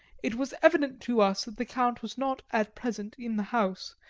it was evident to us that the count was not at present in the house,